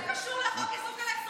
אולי תכף תגיבי על חוק האיזוק האלקטרוני.